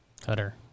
Cutter